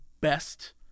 Best